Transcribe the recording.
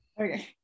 Okay